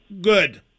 Good